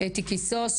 אתי קיסוס,